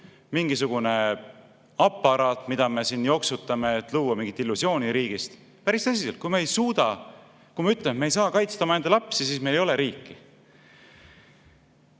mingisugune aparaat, mida me jooksutame, et luua mingit illusiooni riigist. Päris tõsiselt, kui me ütleme, et me ei saa kaitsta omaenda lapsi, siis meil ei ole riiki.